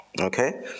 Okay